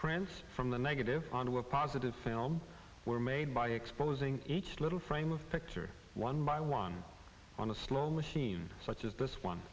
prints from the negative onto a positive film were made by exposing each little frame of picture one by one on a slow machine such as this one